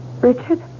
Richard